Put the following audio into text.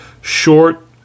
Short